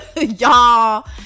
y'all